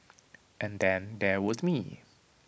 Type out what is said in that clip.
and then there was me